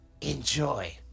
enjoy